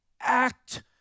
act